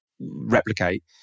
replicate